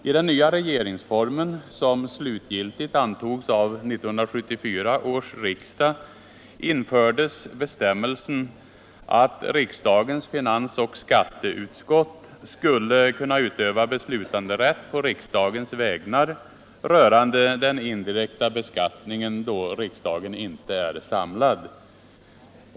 I den nya regeringsformen, som slutgiltigt antogs av 1974 års riksdag, infördes bestämmelsen att riksdagens finansoch skatteutskott skulle kunna utöva beslutanderätt på riksdagens vägnar rörande den indirekta beskattningen, då riksdagen inte är samlad.